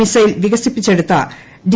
missile വികസിപ്പിച്ചെടുത്ത D